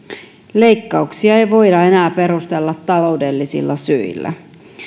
leikkauksia ei voida enää perustella taloudellisilla syillä